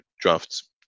drafts